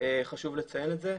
חשוב לציין את זה.